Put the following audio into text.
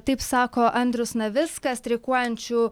taip sako andrius navickas streikuojančių